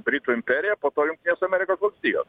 britų imperija po to juntinės amerikos valstijos